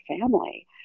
family